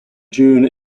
june